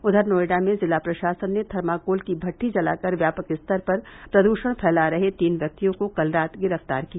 उधर नोएडा में जिला प्रशासन ने थर्माकोल की भट्ठी जलाकर व्यापक स्तर पर प्रदूषण फैला रहे तीन व्यक्तियों को कल रात गिरफ्तार किया